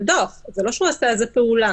בסדר, זאת רפורמה גדולה.